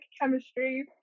chemistry